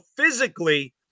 physically